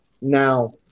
Now